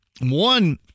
One